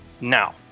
Now